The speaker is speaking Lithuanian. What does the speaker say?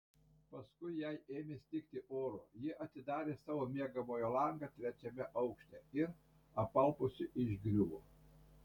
paskui jai ėmė stigti oro ji atidarė savo miegamojo langą trečiame aukšte ir apalpusi išgriuvo